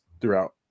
throughout